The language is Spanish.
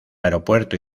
aeropuerto